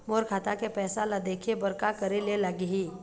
मोर खाता के पैसा ला देखे बर का करे ले लागही?